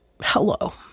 hello